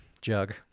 jug